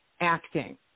acting